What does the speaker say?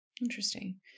Interesting